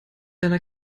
einer